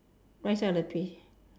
right side of the peach